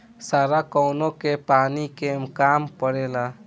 सारा कौनो के पानी के काम परेला